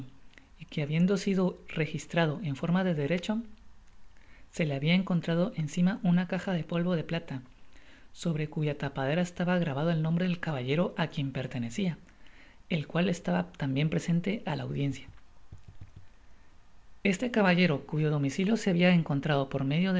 que habiendo sido registrado en forma de derecho se le habia encontrado encima una caja de polvo de plata sobre cuya tapadera estaba gravado el nombre del caballero á quien pertenecia el cual estaba tambien presente á la audiencia este caballero cuyo domicilio se habia encontrado por medio